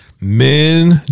men